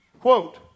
quote